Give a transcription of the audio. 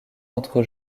entre